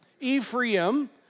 Ephraim